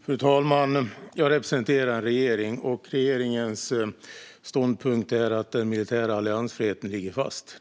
Fru talman! Jag representerar en regering, och regeringens ståndpunkt är att den militära alliansfriheten ligger fast.